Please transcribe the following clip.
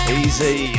easy